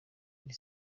iri